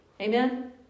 Amen